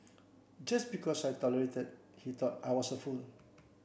just because I tolerated he thought I was a fool